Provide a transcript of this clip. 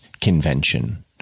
convention